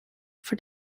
for